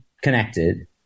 connected